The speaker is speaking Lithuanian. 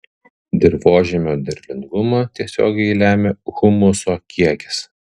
dirvožemio derlingumą tiesiogiai lemia humuso kiekis